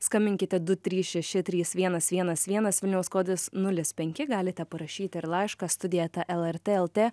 skambinkite du trys šeši trys vienas vienas vienas vilniaus kodas nulis penki galite parašyti ir laišką studija eta lrt lt